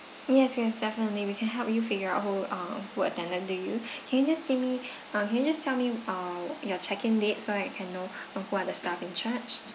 yes yes definitely we can help you figure out who uh who attended to you can you just give me uh can you just tell me uh your check in date so I can know of who are the staff in charge